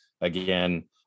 Again